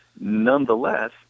Nonetheless